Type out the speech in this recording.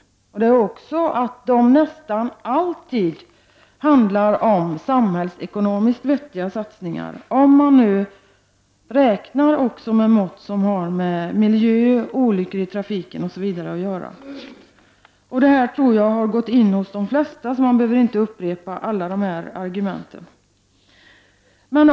Sådana satsningar är också nästan alltid samhällsekonomiskt vettiga, om man nu räknar i termer av miljö, antal olyckor i trafiken osv. Jag tror att de flesta är medvetna om detta, så jag behöver inte upprepa alla argument.